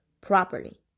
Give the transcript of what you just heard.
properly